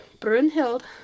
Brunhild